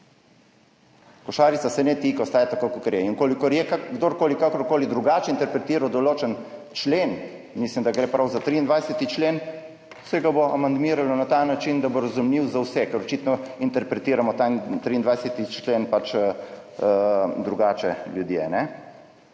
Košarica se ne tika, ostaja tako, kakor je. V kolikor je kdorkoli kakorkoli drugače interpretiral določen člen, mislim, da gre prav za 23. člen, se ga bo amandmiralo na ta način, da bo razumljiv za vse, ker očitno interpretiramo ta 23. člen pač drugače.